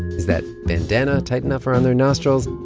is that bandana tight enough around their nostrils?